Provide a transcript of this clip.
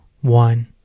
one